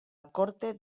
corte